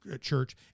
church